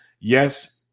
Yes